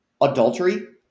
Adultery